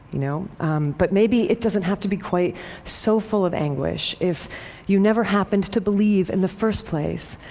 you know but maybe it doesn't have to be quite so full of anguish if you never happened to believe, in the first place,